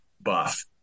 buff